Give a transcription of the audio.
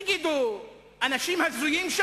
תגידו, האנשים שם הזויים?